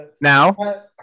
Now